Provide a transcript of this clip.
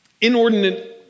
inordinate